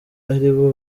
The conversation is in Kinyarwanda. aribo